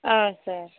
ஆ sir